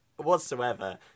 whatsoever